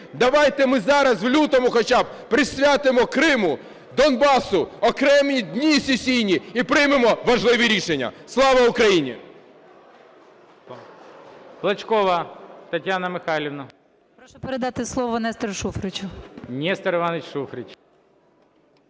Давайте ми зараз, у лютому хоча б присвятимо Криму, Донбасу окремі дні сесійні і приймемо важливі рішення. Слава Україні!